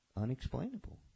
unexplainable